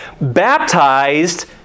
baptized